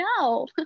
No